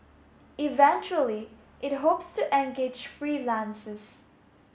eventually it hopes to engage freelances